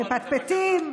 מפטפטים,